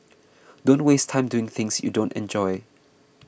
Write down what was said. don't waste time doing things you don't enjoy